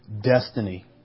destiny